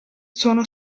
sono